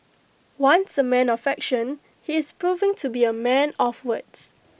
once A man of action he is proving to be A man of words